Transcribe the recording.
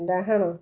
ଡ଼ାହାଣ